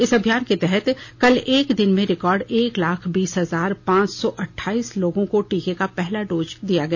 इस अभियान के तहत कल एक दिन में रिकॉर्ड एक लाख बीस हजार पांच सौ अट्ठाईस लोगों को टीके का पहला डोज दिया गया